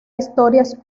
historias